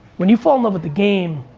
when you fall in love with the game,